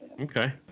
Okay